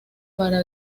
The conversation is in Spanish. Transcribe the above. para